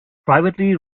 privately